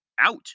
out